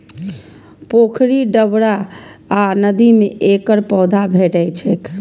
पोखरि, डबरा आ नदी मे एकर पौधा भेटै छैक